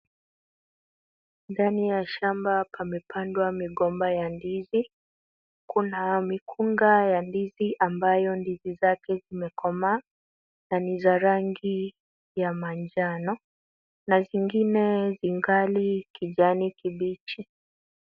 Ndani ya shamba pamepandwa migomba ya ndizi. Kuna mikunga ya ndizi ambayo ndizi zake zimekomaa na ni za rangi ya manjano na zingine zingali kijani kibichi.